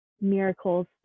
miracles